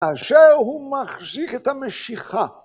כאשר הוא מחזיק את המשיכה.